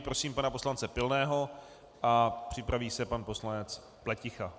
Prosím pana poslance Pilného a připraví se pan poslanec Pleticha.